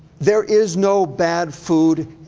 there is no bad food.